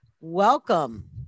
welcome